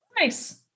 Nice